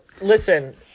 listen